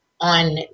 on